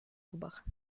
губах